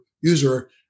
user